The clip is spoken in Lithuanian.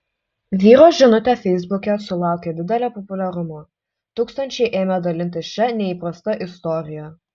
vyro žinutė feisbuke sulaukė didelio populiarumo tūkstančiai ėmė dalintis šia neįprasta istorija